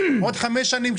בעוד חמש שנים,